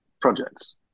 projects